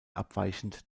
abweichend